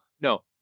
no